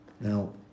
Now